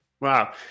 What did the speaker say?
Wow